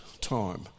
time